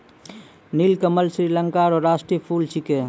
नीलकमल श्रीलंका रो राष्ट्रीय फूल छिकै